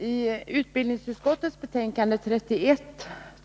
Herr talman! I utbildningsutskottets betänkande nr 31